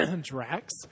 Drax